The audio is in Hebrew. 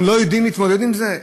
אנחנו לא יודעים להתמודד עם זה?